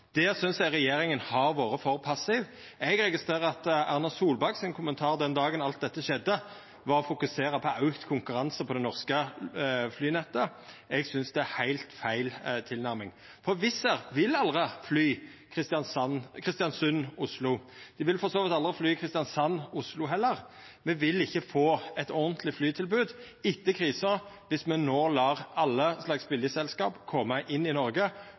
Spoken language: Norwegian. synest eg regjeringa har vore for passiv. Eg registrerer at Erna Solberg sin kommentar den dagen alt dette skjedde, var å fokusera på auka konkurranse på det norske flynettet. Eg synest det er heilt feil tilnærming. Wizz Air vil aldri fly Kristiansund–Oslo. Dei vil for så vidt aldri fly Kristiansand–Oslo heller. Me vil ikkje få eit ordentleg flytilbod etter krisa viss me no lar alle slags billegselskap koma inn i Noreg,